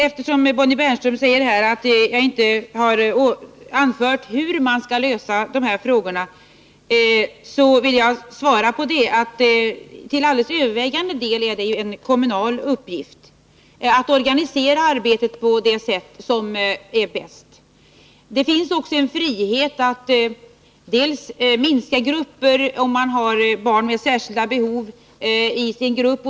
Eftersom Bonnie Bernström säger att jag inte anfört hur man skall lösa de här frågorna, vill jag svara att det till alldeles övervägande del är en kommunal uppgift att organisera arbetet på det sätt som är bäst. Det finns ockå en frihet att bl.a. minska grupperna om man har barn med särskilda behov i sin grupp.